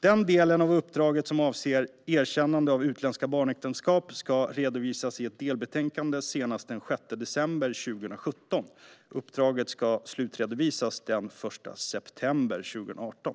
Den del av uppdraget som avser erkännande av utländska barnäktenskap ska redovisas i ett delbetänkande senast den 6 december 2017. Uppdraget ska slutredovisas den 1 september 2018.